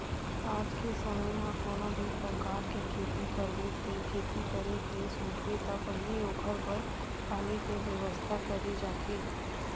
आज के समे म कोनो भी परकार के खेती करबे ते खेती करे के सोचबे त पहिली ओखर बर पानी के बेवस्था करे जाथे